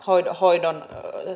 hoidon hoidon